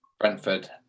Brentford